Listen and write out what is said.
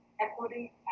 Equity